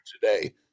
today